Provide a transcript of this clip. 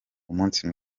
umunsi